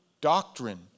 doctrine